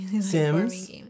Sims